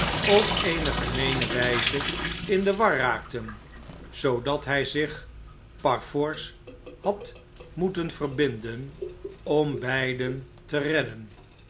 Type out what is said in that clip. op eene gemeene wijze in de war raakten zoodat hjj zich par force had moeten verbinden om beiden te redden